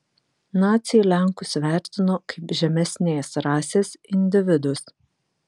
naciai lenkus vertino kaip žemesnės rasės individus